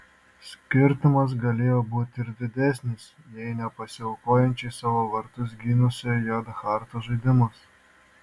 skirtumas galėjo būti ir didesnis jei ne pasiaukojančiai savo vartus gynusio j harto žaidimas